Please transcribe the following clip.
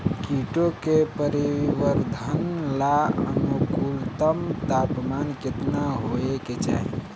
कीटो के परिवरर्धन ला अनुकूलतम तापमान केतना होए के चाही?